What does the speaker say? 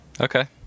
Okay